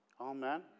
Amen